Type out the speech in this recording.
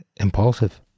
impulsive